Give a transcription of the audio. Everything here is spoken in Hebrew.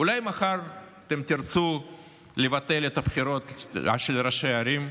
אולי מחר אתם תרצו לבטל את הבחירות לראשי ערים?